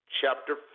chapter